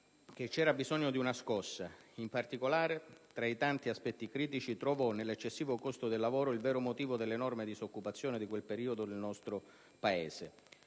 c'era bisogno di una scossa: in particolare, tra i tanti aspetti critici, trovò nell'eccessivo costo del lavoro il vero motivo dell'enorme disoccupazione di quel periodo nel nostro Paese.